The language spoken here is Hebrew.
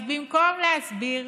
אז במקום להסביר,